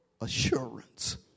assurance